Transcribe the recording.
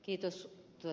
kiitos ed